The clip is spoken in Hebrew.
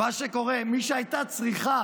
מה שקורה, מי שהייתה צריכה